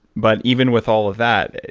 but even with all of that,